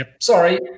Sorry